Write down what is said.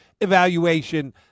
evaluation